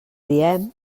diem